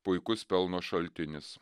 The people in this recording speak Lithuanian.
puikus pelno šaltinis